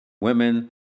women